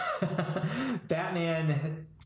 Batman